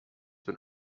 been